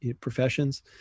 professions